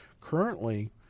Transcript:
Currently